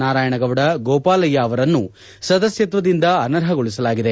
ನಾರಾಯಣಗೌಡ ಗೋಪಾಲಯ್ಯ ಅವರನ್ನೂ ಸದಸ್ಯತ್ವದಿಂದ ಅನರ್ಹಗೊಳಿಸಲಾಗಿದೆ